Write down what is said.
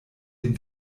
den